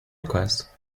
request